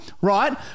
right